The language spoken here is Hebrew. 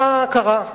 מה קרה?